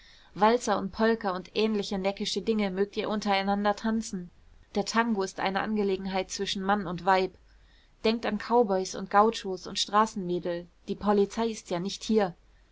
walzer und polka und ähnliche neckische dinge mögt ihr untereinander tanzen der tango ist eine angelegenheit zwischen mann und weib denkt an cowboys und gauchos und straßenmädel die polizei ist ja nicht hier